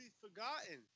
forgotten